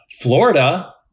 Florida